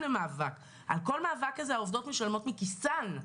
אבל הם לגמרי צוות הצלה כמו צוות הצלה אחר.